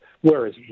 whereas